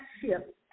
ship